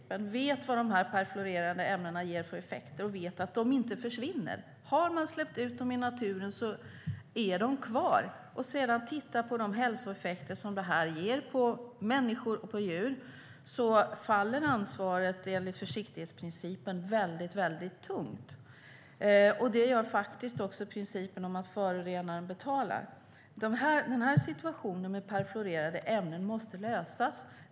Man vet vad de perfluorerade ämnena ger för effekter, och man vet att de inte försvinner - har man släppt ut dem i naturen är de kvar. Utifrån de hälsoeffekter detta ger på människor och djur faller ansvaret enligt försiktighetsprincipen väldigt tungt. Det gör faktiskt också principen om att förorenaren betalar. Situationen med perfluorerade ämnen måste lösas.